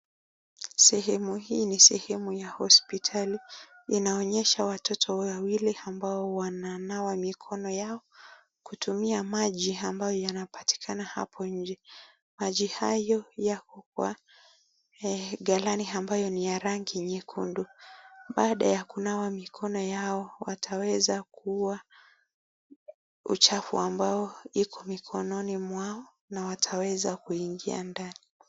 Sehemu hii ni sehemu ya hospitali. Inaonyesha watoto wawili ambao wananawa mikono yao kutumia maji ambayo yanapatikana hapo nje. Maji hayo yako kwa galani ambayo ni ya rangi nyekundu. Baada ya kunawa mikono yao, wataweza kuua uchafu ambao uko mikononi mwao na wataweza kuingia ndani.